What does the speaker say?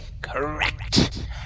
correct